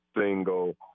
single